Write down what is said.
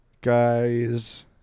Guys